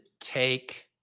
take